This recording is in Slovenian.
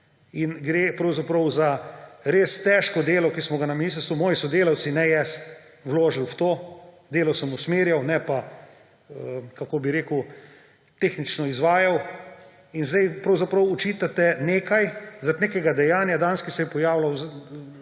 in gre pravzaprav za res težko delo, ki smo ga na ministrstvu – moji sodelavci, ne jaz – vložili v to. Delo sem usmerjal, ne pa, kako bi rekel, tehnično izvajal. In danes pravzaprav očitate nekaj zaradi nekega dejanja, ki se je pojavilo